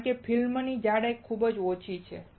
કારણ કે ફિલ્મની જાડાઈ ખૂબ ઓછી હોય છે